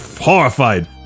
horrified